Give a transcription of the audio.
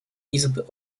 izby